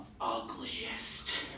ugliest